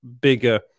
bigger